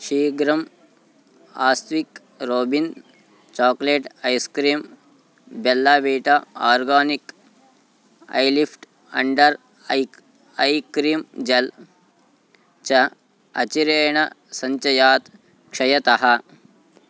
शीघ्रम् आस्विक् Robin chocolate ice cream Bellavita organic eye lift under eye eye cream gel च अचिरेण सञ्चयात् क्षयतः